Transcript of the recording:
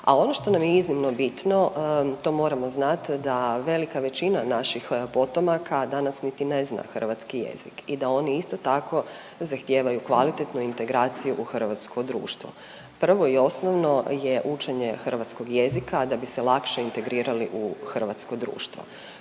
A ovo što nam je iznimno bitno to moramo znati da velika većina naših potomaka danas niti ne zna hrvatski jezik i da oni isto tako zahtijevaju kvalitetnu integraciju u hrvatsko društvo. Prvo i osnovno je učenje hrvatskog jezika da bi se lakše integrirali u hrvatsko društvo.